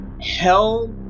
Hell